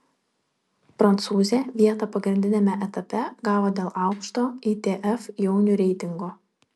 prancūzė vietą pagrindiniame etape gavo dėl aukšto itf jaunių reitingo